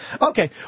Okay